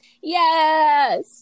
Yes